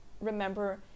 remember